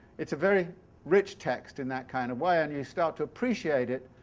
it's a very rich text in that kind of way, and you start to appreciate it,